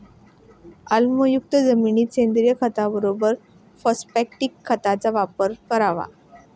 आम्लयुक्त जमिनीत सेंद्रिय खताबरोबर फॉस्फॅटिक खताचा वापर करावा